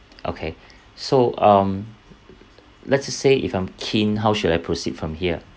okay so um let's just say if I'm keen how should I proceed from here